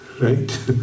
Right